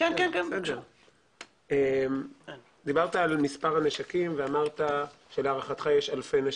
דיברת על מספר נשקים ואמרת שלהערכתך יש אלפי נשקים.